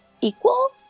equal